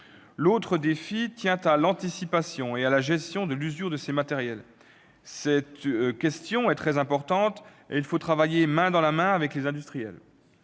L'autre défi tient à l'anticipation et à la gestion de l'usure de ces matériels. Cette question est très importante, et il faut travailler main dans la main avec les industriels.